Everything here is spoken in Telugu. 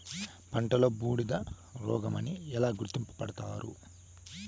పంటలో బూడిద రోగమని ఎలా గుర్తుపడతారు?